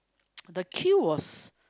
the queue was